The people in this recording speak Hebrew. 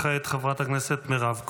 כעת, חברת הכנסת מירב כהן.